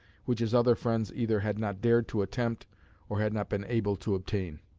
which his other friends either had not dared to attempt or had not been able to obtain.